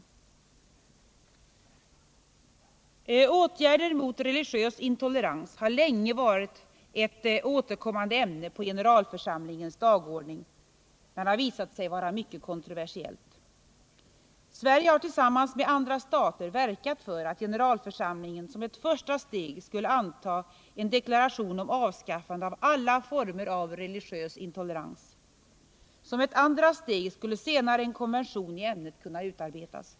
Åtgärder mot religiös intolerans har länge varit ett återkommande ämne på generalförsamlingens dagordning men har visat sig vara mycket kontroversiellt. Sverige har tillsammans med andra stater verkat för att generalförsamlingen som ett första steg skulle antaga en deklaration om avskaffande av alla former av religiös intolerans. Som ett andra steg skulle senare en konvention i ämnet kunna bearbetas.